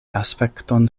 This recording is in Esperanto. aspekton